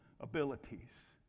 abilities